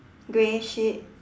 grey sheep